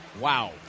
Wow